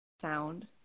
sound